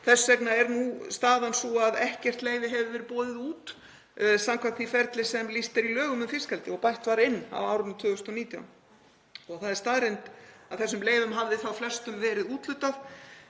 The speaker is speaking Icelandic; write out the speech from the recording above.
þess vegna er nú staðan sú að ekkert leyfi hefur verið boðið út samkvæmt því ferli sem lýst er í lögum um fiskeldi og bætt var inn á árinu 2019. Það er staðreynd að þessum leyfum hafði þá flestum verið úthlutað